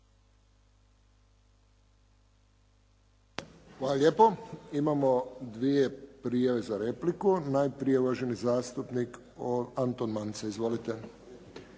Hvala lijepo. Imamo dvije prijave za repliku. Najprije uvaženi zastupnik Anton Mance. Izvolite.